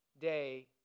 day